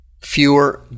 fewer